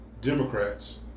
Democrats